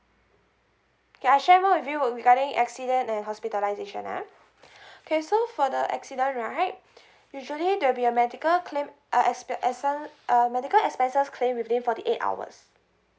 okay I share more with you regarding accident and hospitalisation ah okay so for the accident right usually there will be a medical claim uh uh medical expenses claim within forty eight hours